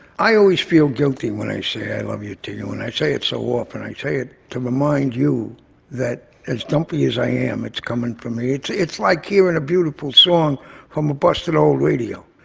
i always feel guilty when i say i love you to you. and i say it so often. i say it to remind you that as dumpy as i am, it's coming from me. it's it's like hearing and a beautiful song from a busted old radio,